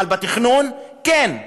אבל בתכנון כן.